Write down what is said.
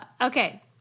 Okay